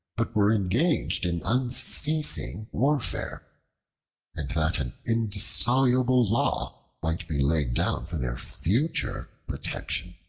but were engaged in unceasing warfare and that an indissoluble law might be laid down for their future protection.